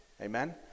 Amen